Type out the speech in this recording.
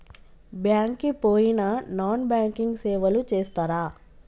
Bank కి పోయిన non banking సేవలు చేస్తరా?